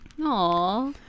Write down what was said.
Aw